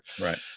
right